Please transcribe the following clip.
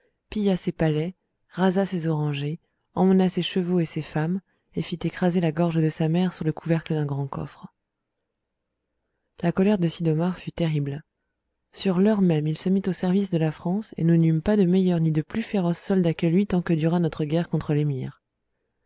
pilla ses palais rasa ses orangers emmena ses chevaux et ses femmes et fit écraser la gorge de sa mère sous le couvercle d'un grand coffre la colère de sid'omar fut terrible sur l'heure même il se mit au service de la france et nous n'eûmes pas de meilleur ni de plus féroce soldat que lui tant que dura notre guerre contre